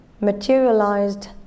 materialized